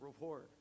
reward